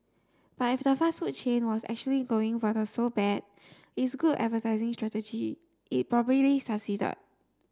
but if the fast food chain was actually going for the so bad it's good advertising strategy it probably succeeded